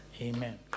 Amen